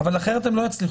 אבל אחרת הם לא יצליחו.